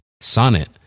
Sonnet